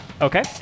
Okay